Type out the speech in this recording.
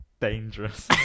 dangerous